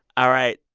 all right,